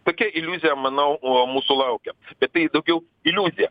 tokia iliuzija manau mūsų laukia bet tai daugiau iliuzija